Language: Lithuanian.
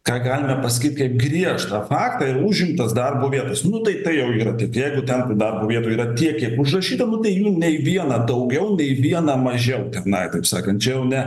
ką galime pasakyti kaip griežtą faktą ir užimtas darbo vietas nu tai tai jau yra bet jeigu ten tų darbo vietų yra tiek kiek užrašyta nu tai jų nei viena daugiau nei viena mažiau tenai kaip sakant čia jau ne